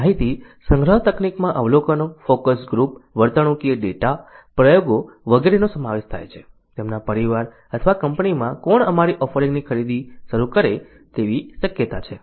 આ માહિતી સંગ્રહ તકનીકમાં અવલોકનો ફોકસ ગ્રુપ વર્તણૂકીય ડેટા પ્રયોગો વગેરેનો સમાવેશ થાય છે તેમના પરિવાર અથવા કંપનીમાં કોણ અમારી ઓફરિંગની ખરીદી શરૂ કરે તેવી શક્યતા છે